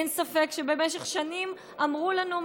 אין ספק שבמשך שנים אמרו לנו,